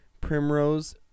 Primrose